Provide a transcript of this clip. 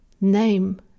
name